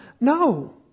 No